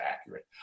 accurate